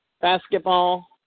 basketball